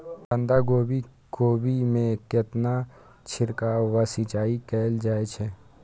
बंधागोभी कोबी मे केना छिरकाव व सिंचाई कैल जाय छै?